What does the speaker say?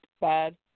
bad